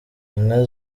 inka